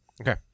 okay